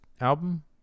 album